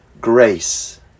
grace